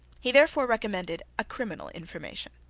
he therefore recommended a criminal information.